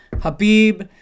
Habib